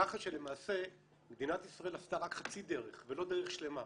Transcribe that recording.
כך שלמעשה מדינת ישראל עשתה רק חצי דרך ולא דרך שלמה,